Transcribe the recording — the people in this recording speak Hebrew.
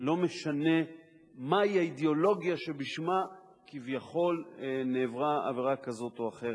לא משנה מהי האידיאולוגיה שבשמה כביכול נעברה עבירה כזאת או אחרת.